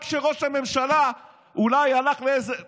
רק כשראש הממשלה נתניהו,